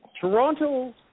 Toronto